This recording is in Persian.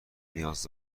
نیاز